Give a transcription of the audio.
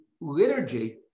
liturgy